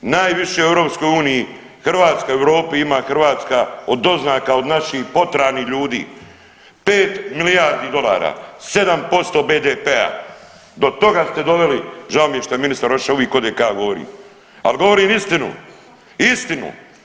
Najviše u EU Hrvatska u Europi ima Hrvatska od doznaka od naših poteranih ljudi 5 milijardi dolara, 7% BDP do toga ste doveli, žao mi je što je ministar otišao uvik ode kad ja govorim ali govorim istinu, istinu.